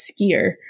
skier